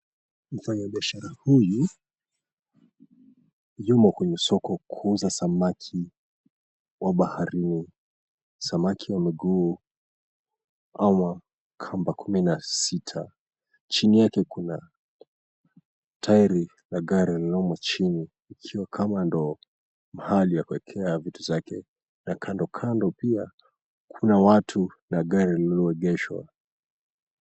Mfanyibiashara huyu yumo kwenye soko kuuza samaki wa baharini. Samaki wa migoo ama kamba kumi na sita , chini yake Kuna tairi la gari liliomo chini ikiwa kama ndo mahali ya kuwekea vitu zake na kando kando pia Kuna watu na gari lililoegeshwa.